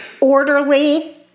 Orderly